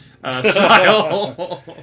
style